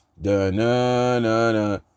Da-na-na-na